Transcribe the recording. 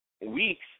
Weeks